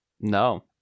no